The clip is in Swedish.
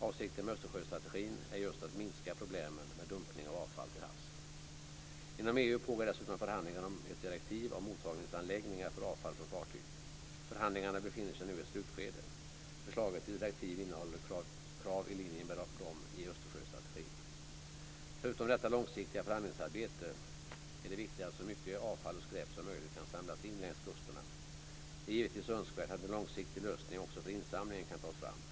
Avsikten med Östersjöstrategin är just att minska problemen med dumpning av avfall till havs. Inom EU pågår dessutom förhandlingar om ett direktiv om mottagningsanläggningar för avfall från fartyg. Förhandlingarna befinner sig nu i ett slutskede. Förslaget till direktiv innehåller krav i linje med dem i Östersjöstrategin. Förutom detta långsiktiga förhandlingsarbete är det viktigt att så mycket avfall och skräp som möjligt kan samlas in längs kusterna. Det är givetvis önskvärt att en långsiktig lösning också för insamlingen kan tas fram.